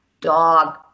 dog